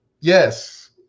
Yes